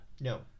no